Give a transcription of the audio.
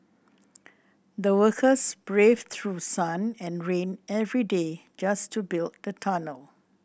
the workers braved through sun and rain every day just to build the tunnel